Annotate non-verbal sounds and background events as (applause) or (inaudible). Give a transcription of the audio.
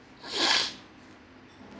(noise)